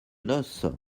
noces